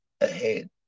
ahead